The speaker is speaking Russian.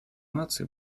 наций